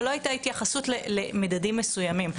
ולא הייתה התייחסות למדדים מסוימים.